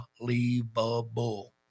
unbelievable